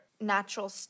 natural